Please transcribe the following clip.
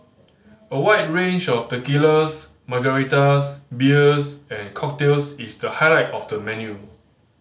a wide range of tequilas margaritas beers and cocktails is the highlight of the menu